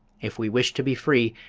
if we wish to be free,